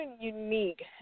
unique